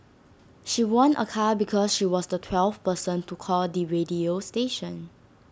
she won A car because she was the twelfth person to call the radio station